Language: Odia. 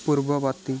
ପୂର୍ବବର୍ତ୍ତୀ